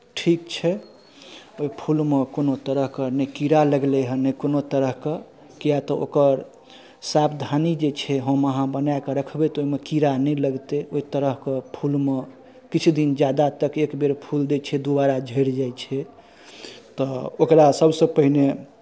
ठीक छै ओहि फूलमे कोनो तरहके नहि कीड़ा लगलै हेँ नहि कोनो तरहके किआक तऽ ओकर सावधानी जे छै हम अहाँ बनाए कऽ रखबै तऽ ओहिमे कीड़ा नहि लगतै ओहि तरहके फूलमे किछु दिन ज्यादा तक एकबेर फूल दै छै दुबारा झड़ि जाइ छै तऽ ओकरा सभसँ पहिने